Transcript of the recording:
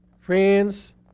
Friends